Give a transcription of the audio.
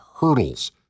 hurdles